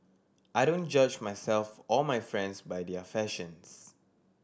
I don't judge myself or my friends by their fashions